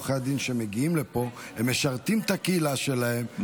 עורכי הדין שמגיעים לפה משרתים את הקהילה שלהם,